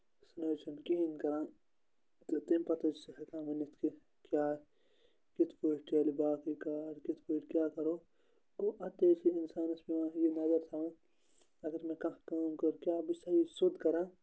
سُہ نہٕ حظ چھِنہٕ کِہیٖنۍ کَران تہٕ تمہِ پَتہٕ حظ چھِ سُہ ہٮ۪کان ؤنِتھ کہِ کیٛاہ کِتھ پٲٹھۍ چلہِ باقٕے کار کِتھ پٲٹھۍ کیٛاہ کَرو گوٚو اَتہ تہِ حظ چھِ اِنسانَس پیٚوان یہِ نَظر تھاوان اگر مےٚ کانٛہہ کٲم کٔر کیٛاہ بہٕ چھسا یہِ سیوٚد کَران